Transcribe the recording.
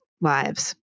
lives